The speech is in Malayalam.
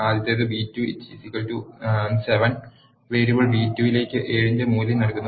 ആദ്യത്തേത് b2 7 വേരിയബിൾ b2 ലേക്ക് 7 ന്റെ മൂല്യം നൽകുന്നു